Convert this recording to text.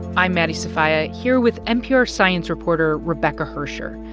i'm maddie sofia here with npr science reporter rebecca hersher.